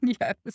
Yes